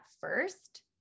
first